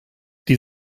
die